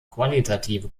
qualitative